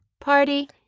party